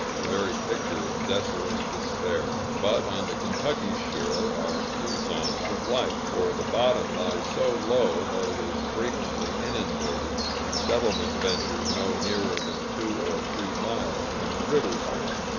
the very picture of desolate despair but on the kentucky shore are few signs of life, for the bottom lies so low that it is frequently inundated, and settlement ventures no nearer than two or three miles from the riverside.